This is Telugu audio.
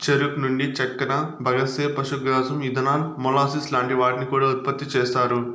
చెరుకు నుండి చక్కర, బగస్సే, పశుగ్రాసం, ఇథనాల్, మొలాసిస్ లాంటి వాటిని కూడా ఉత్పతి చేస్తారు